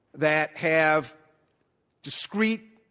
that have discreet